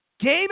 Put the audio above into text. game